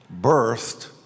birthed